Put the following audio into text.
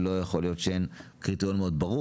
לא יכול להיות שיש קריטריון מאוד ברור